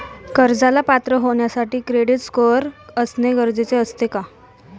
कर्जाला पात्र होण्यासाठी क्रेडिट स्कोअर असणे गरजेचे असते का?